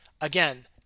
Again